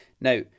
Now